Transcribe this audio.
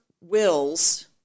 wills